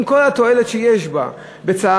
עם כל התועלת שיש בצהרונים,